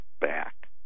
back